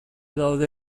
daude